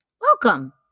Welcome